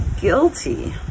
guilty